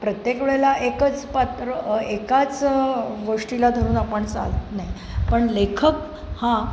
प्रत्येक वेळेला एकच पात्र एकाच गोष्टीला धरून आपण चालत नाही पण लेखक हा